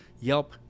Yelp